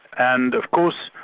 and of course,